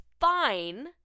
fine